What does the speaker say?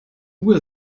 uhr